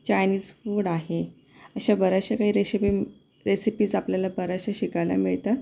Chinese food आहे अशा बऱ्याचश्या काही रेशिपी रेसिपीज आपल्याला बऱ्याचशा शिकायला मिळतात